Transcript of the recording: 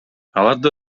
аларды